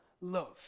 love